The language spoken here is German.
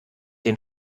den